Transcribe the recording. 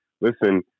listen